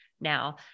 now